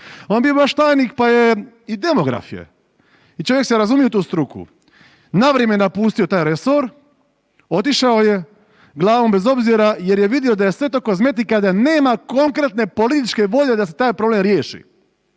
je bio vaš tajnik pa je i demograf je i čovjek se razumije u tu struku, na vrijeme napustio taj resor, otišao je glavom bez obzira jer je vidio da je sve to kozmetika da nema konkretne političke volje da se taj problem riješi.